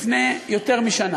לפני יותר משנה